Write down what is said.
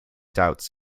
doubts